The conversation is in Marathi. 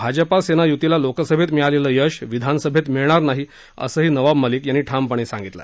भाजपा सेना य्तीला लोकसभेत मिळालेलं यश विधानसभेत मिळणार नाही असंही नवाब मलिक यांनी ठामपणे सांगितलं